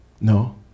No